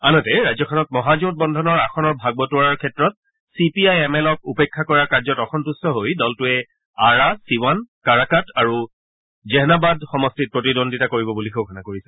আনহাতে ৰাজ্যখনত মহাজোঁট বন্ধনৰ আসনৰ ভাগ বটোৱাৰাৰ ক্ষেত্ৰত চি পি আই এম এলক উপেক্ষা কৰাৰ কাৰ্যত অসন্ত্ৰিতা হৈ দলটোৱে আৰা ছিৱান কাৰাকাট আৰু জেহনাবাদ সমষ্টিত প্ৰতিদ্বন্দ্বিতা কৰিব বুলি ঘোষণা কৰিছে